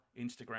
instagram